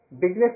Business